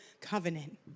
covenant